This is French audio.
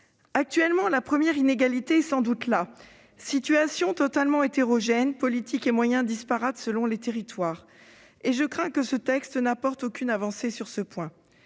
Actuellement, la première inégalité est sans doute là : situations totalement hétérogènes, politiques et moyens disparates selon les territoires. Je crains que ce texte n'apporte aucune d'avancée en